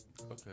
Okay